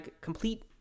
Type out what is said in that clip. complete